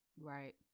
Right